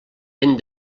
ben